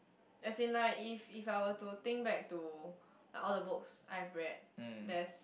as in like if if I were to think back to like all the books I have read there's